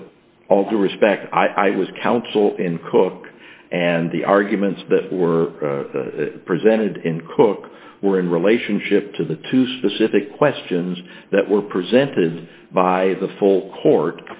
with all due respect i was counsel in cook and the arguments that were presented in cook were in relationship to the two specific questions that were presented by the full court